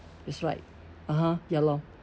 it's right (uh huh) yah lor